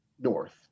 north